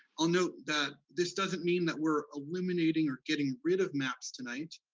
i'll note that this doesn't mean that we're eliminating or getting rid of maps tonight,